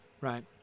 right